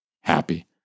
happy